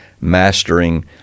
mastering